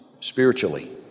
spiritually